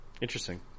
Interesting